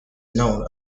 known